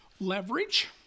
leverage